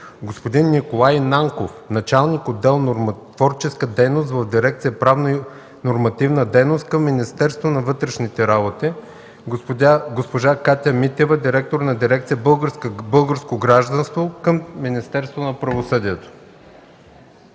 господин Николай Нанков – началник отдел „Нормотворческа дейност” в дирекция „Правна и нормативна дейност” към Министерството на вътрешните работи и госпожа Катя Митева – директор на дирекция „Българско гражданство” към Министерството на правосъдието.